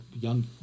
young